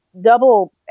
double